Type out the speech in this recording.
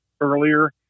earlier